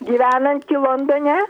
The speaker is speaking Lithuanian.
gyvenantį londone